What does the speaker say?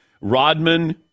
Rodman